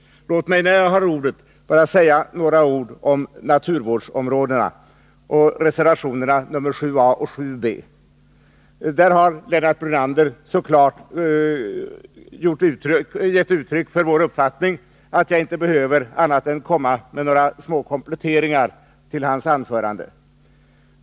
Låt mig när jag har ordet bara säga något om naturvårdsområdena och reservationerna 6 och 7, som rör mom. 7 a och 7 b. Lennart Brunander har så klart gett uttryck för vår uppfattning att jag inte behöver annat än komma med några små kompletteringar till hans anförande.